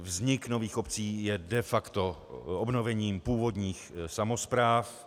Vznik nových obcí je de facto obnovením původních samospráv.